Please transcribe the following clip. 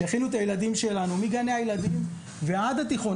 שיכינו את הילדים שלנו מגני הילדים ועד התיכון,